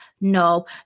No